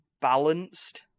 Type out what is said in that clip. balanced